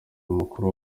umukuru